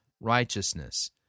righteousness